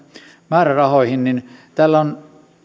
määrärahoihin niin täällä on